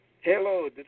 Hello